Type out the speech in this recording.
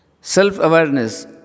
Self-awareness